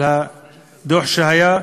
על הדוח שהיה.